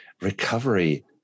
recovery